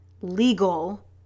legal